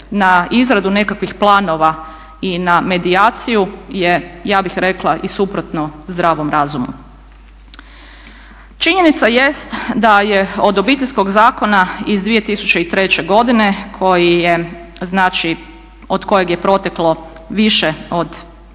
na izradu nekakvih planova i na medijaciju je ja bih rekla i suprotno zdravom razumu. Činjenica jest da je od obiteljskog zakona iz 2003. godine koji je znači od kojeg je proteklo više od